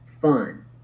fun